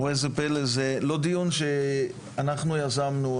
זה לא דיון שאנחנו יזמנו,